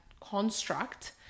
construct